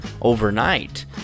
overnight